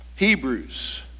Hebrews